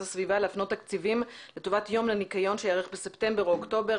הסביבה להפנות תקציבים לטובת יום הניקיון שייערך בספטמבר או אוקטובר.